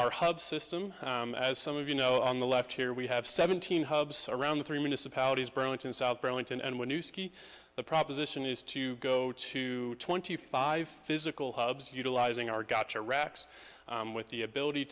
our hub system as some of you know on the left here we have seventeen hubs around the three municipalities bronx and south burlington and when you ski the proposition is to go to twenty five physical hubs utilizing our gotcha racks with the ability